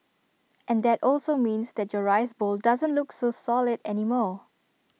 and that also means that your rice bowl doesn't look so solid anymore